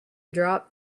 drop